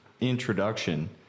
introduction